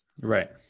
right